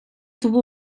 tuvo